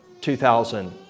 2000